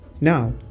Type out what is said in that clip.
Now